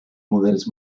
models